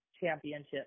championship